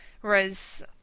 Whereas